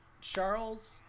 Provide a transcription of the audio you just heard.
Charles